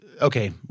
okay